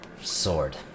Sword